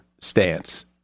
stance